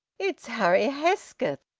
it's harry hesketh,